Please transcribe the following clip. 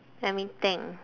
let me think